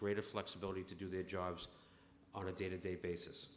greater flexibility to do their jobs on a day to day basis